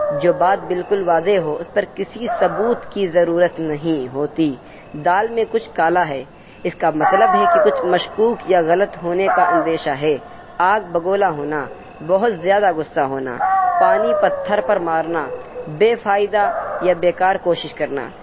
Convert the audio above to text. جو بات بالکل واضح ہو اس پر کسی ثبوت کی ضرورت نہیں ہوتی دال میں کچھ کالا ہے اس کا مطلب ہے کہ کچھ مشکوک یا غلط ہونے کا اندیشہ ہے آگ بگولا ہونا بہت زیادہ غصہ ہونا پانی پتھر پر مارنا بےفائدہ یا بیکار کوشش کرنا